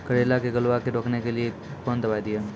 करेला के गलवा के रोकने के लिए ली कौन दवा दिया?